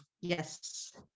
Yes